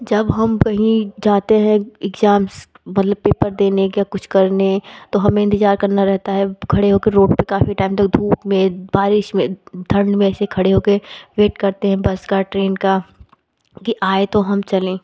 जब हम कहीं जाते हैं इग्ज़ैम्स मतलब पेपर देने या कुछ करने तो हमें इंतेज़ार करना रहता हैं खड़े हो कर रोड पर काफ़ी टाइम तक धूप में बारिश में ठंड में एसे ही खड़े हो कर वेट करते हैं बस का ट्रेन का कि आए तो हम चलें